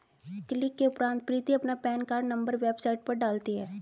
click के उपरांत प्रीति अपना पेन कार्ड नंबर वेबसाइट पर डालती है